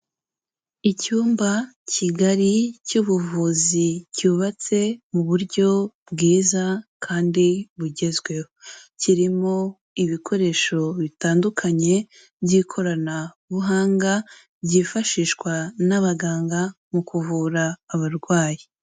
Icyumba kigari cy'ubuvuzi, cyubatse mu buryo bwiza kandi bugezweho, kirimo ibikoresho bitandukanye by'ikoranabuhanga, byifashishwa n'abaganga mu kuvura abarwayi.